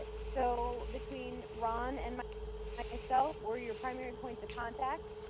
ah so between ron and myself, we're your primary points of contact.